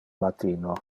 matino